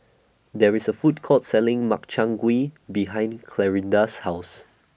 There IS A Food Court Selling Makchang Gui behind Clarinda's House